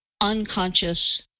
unconscious